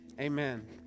Amen